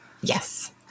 Yes